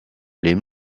les